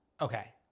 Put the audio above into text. Okay